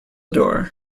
door